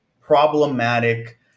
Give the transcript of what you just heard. problematic